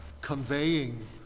conveying